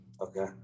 Okay